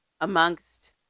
amongst